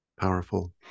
powerful